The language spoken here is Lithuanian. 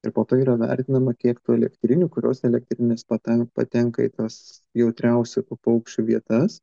ir po to yra vertinama kiek tų elektrinių kurios elektrinės paten patenka į tas jautriausių paukščių vietas